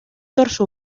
torso